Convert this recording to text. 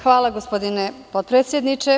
Hvala, gospodine potpredsedniče.